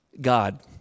God